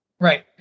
Right